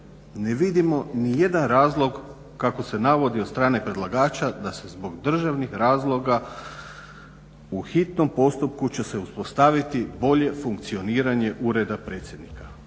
Ne vidimo nijedan razlog kako se navodi od strane predlagača da se zbog državnih razloga u hitnom postupku će se uspostaviti bolje funkcioniranje Ureda predsjednika.